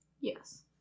Yes